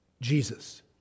Jesus